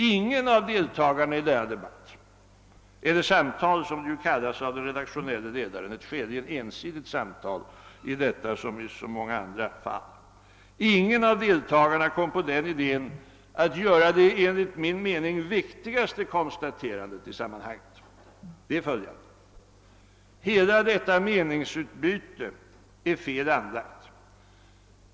Ingen av deltagarna i denna debatt — eller samtal som det visst kallas av den redaktionella ledaren, ett skäligen ensidigt samtal i detta som i så många andra fall — ingen av deltagarna kom på den idén att göra det enligt min mening viktigaste konstaterandet i sammanhanget. Det är följande: Hela detta meningsutbyte är fel anlagt.